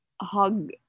hug